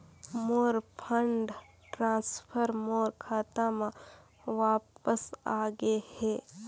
मोर fund transfer मोर खाता म वापस आ गे हे